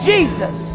Jesus